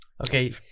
Okay